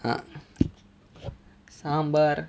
uh sambar